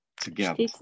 together